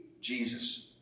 Jesus